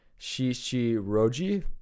Shishiroji